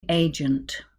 agent